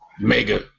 Mega